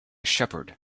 shepherd